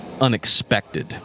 unexpected